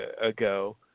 ago